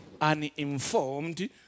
uninformed